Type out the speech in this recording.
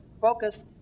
focused